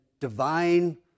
divine